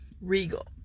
regal